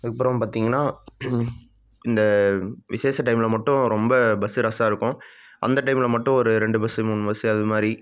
அதுக்கப்புறம் பார்த்தீங்கன்னா இந்த விசேஷ டைமில் மட்டும் ரொம்ப பஸ்ஸு ரஷ்ஸா இருக்கும் அந்த டைமில் மட்டும் ஒரு ரெண்டு பஸ்ஸு மூணு பஸ்ஸு அது மாதிரி